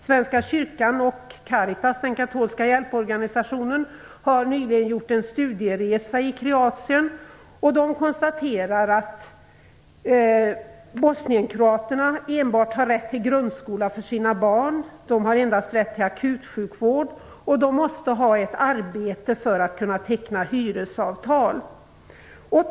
Svenska kyrkan och den katolska hjälporganisationen Caritas har nyligen gjort en studieresa i Kroatien. De konstaterar att bosnienkroaterna enbart har rätt till grundskola för sina barn, de har endast rätt till akutsjukvård och de måste ha ett arbete för att kunna teckna hyresavtal.